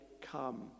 come